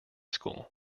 school